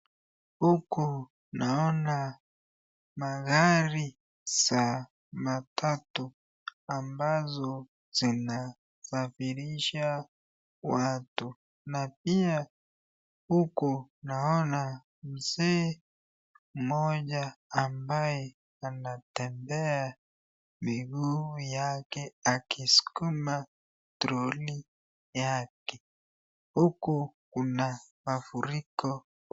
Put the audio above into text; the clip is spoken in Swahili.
Huku naona magari za mapato ambazo zinasafirisha watu, na pia huku naona mzee mmoja ambaye anatembea miguu yake akiskuma troli yake, huku kuna mafuriko.